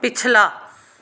ਪਿਛਲਾ